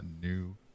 new